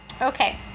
Okay